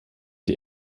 die